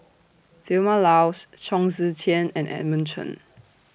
Vilma Laus Chong Tze Chien and Edmund Chen